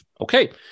okay